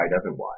otherwise